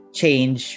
change